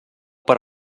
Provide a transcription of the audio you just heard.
per